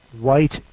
white